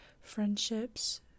friendships